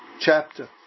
chapter